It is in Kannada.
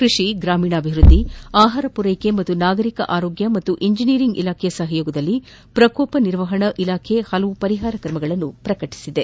ಕೃಷಿ ಗ್ರಾಮೀಣಾಭಿವೃದ್ಧಿ ಆಹಾರ ಪೂರೈಕೆ ಮತ್ತು ನಾಗರಿಕ ಆರೋಗ್ಯ ಹಾಗೂ ಇಂಜಿನಿಯರಿಂಗ್ ಇಲಾಖೆಯ ಸಹಯೋಗದಲ್ಲಿ ವಿಕೋಪ ನಿರ್ವಹಣಾ ಇಲಾಖೆ ಹಲವಾರು ಪರಿಹಾರ ಕ್ರಮಗಳನ್ನು ರೂಪಿಸಿದೆ